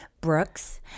Brooks